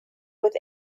with